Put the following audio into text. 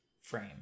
frame